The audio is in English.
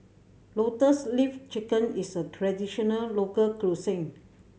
Lotus Leaf Chicken is a traditional local cuisine